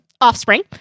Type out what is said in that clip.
offspring